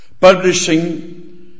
Publishing